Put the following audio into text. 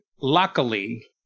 luckily